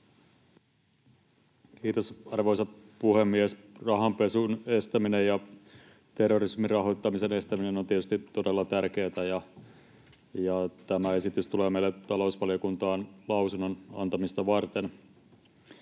Kiitos, arvoisa puhemies! Rahanpesun estäminen ja terrorismin rahoittamisen estäminen ovat tietysti todella tärkeätä, ja tämä esitys tulee meille talousvaliokuntaan lausunnon antamista varten.